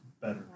better